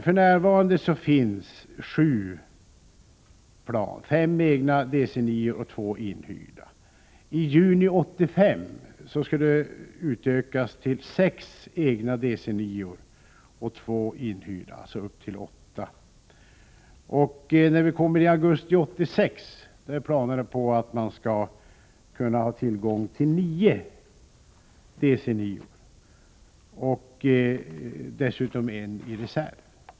För närvarande finns sju plan, fem egna DC 9-or och två inhyrda. I juni 1985 skall antalet utökas till sex egna DC 9-or och två inhyrda, dvs. sammanlagt åtta. I augusti 1986 skall man enligt planerna ha tillgång till nio DC 9-or och en i reserv.